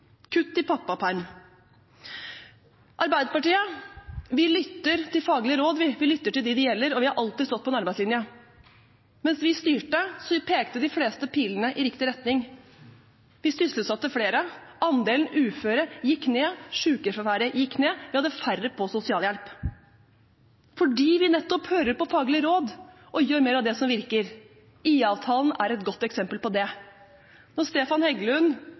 kutt i pappaperm. Vi i Arbeiderpartiet lytter til faglige råd. Vi lytter til dem det gjelder, og vi har alltid stått på en arbeidslinje. Mens vi styrte, pekte de fleste pilene i riktig retning. Vi sysselsatte flere, andelen uføre gikk ned, sykefraværet gikk ned, og vi hadde færre på sosialhjelp – nettopp fordi vi hører på faglige råd og gjør mer av det som virker. IA-avtalen er et godt eksempel på det. Når Stefan Heggelund